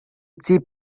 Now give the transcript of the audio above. chief